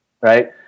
Right